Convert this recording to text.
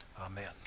amen